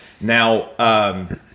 Now